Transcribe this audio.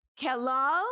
Kelal